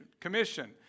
commission